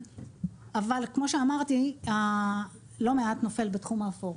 אבל כמו שאמרתי, לא מעט נופל בתחום האפור.